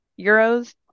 Euros